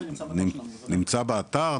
נמצא באתר,